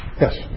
Yes